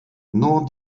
nur